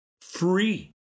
free